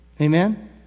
Amen